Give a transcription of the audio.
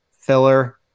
filler